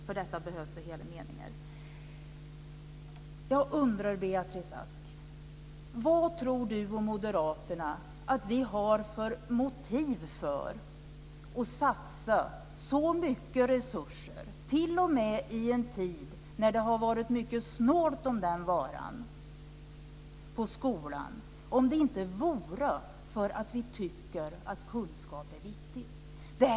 För det behövs hela meningar. Jag undrar vad Beatrice Ask och Moderaterna tror att vi har för motiv för att satsa så mycket resurser - t.o.m. i en tid när det har varit mycket snålt om den varan - på skolan, om det inte vore för att vi tycker att kunskap är viktigt.